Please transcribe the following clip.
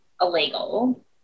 illegal